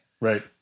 Right